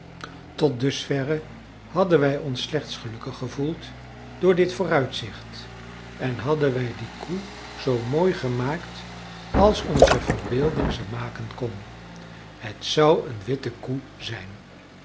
tot dusverre hadden wij ons slechts gelukkig gevoeld door dit vooruitzicht en hadden wij die koe zoo mooi gemaakt als onze verbeelding ze maken kon het zou eene witte koe zijn